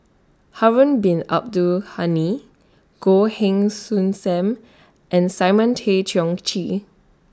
Harun Bin Abdul Ghani Goh Heng Soon SAM and Simon Tay Seong Chee